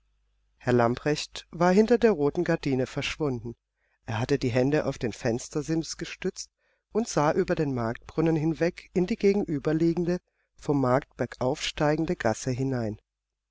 herr lamprecht war hinter der roten gardine verschwunden er hatte die hände auf den fenstersims gestützt und sah über den marktbrunnen hinweg in die gegenüberliegende vom markt bergauf steigende gasse hinein